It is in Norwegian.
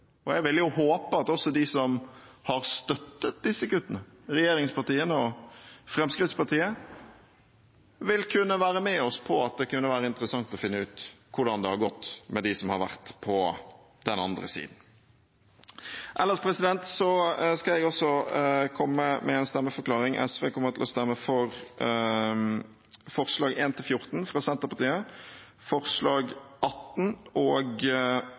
Jeg håper at også de som har støttet disse kuttene, regjeringspartiene og Fremskrittspartiet, vil kunne være med oss på at det kunne være interessant å finne ut hvordan det har gått med de som har vært på den andre siden. Ellers skal jeg også komme med en stemmeforklaring. SV kommer til å stemme for forslagene nr. 1–14, fra Senterpartiet, forslag nr. 18 og